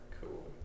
Cool